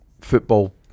football